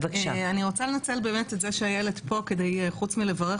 אני רוצה לנצל באמת את זה שאיילת פה כדי חוץ מלברך